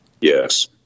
Yes